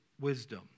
wisdom